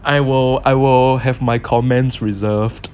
I will I will have my comments reserved